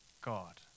God